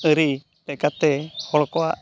ᱟᱹᱨᱤ ᱞᱮᱠᱟᱛᱮ ᱦᱚᱲ ᱠᱚᱣᱟᱜ